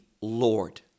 lord